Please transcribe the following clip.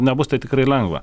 nebus tai tikrai lengva